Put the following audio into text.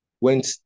went